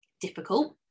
difficult